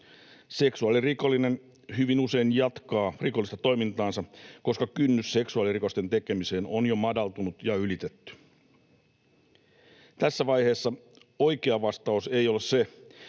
Seksuaalirikollinen hyvin usein jatkaa rikollista toimintaansa, koska kynnys seksuaalirikosten tekemiseen on jo madaltunut ja ylitetty. Tässä vaiheessa oikea vastaus ei ole se,